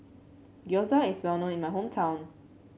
gyoza is well known in my hometown